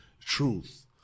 truth